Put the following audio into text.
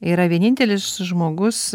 yra vienintelis žmogus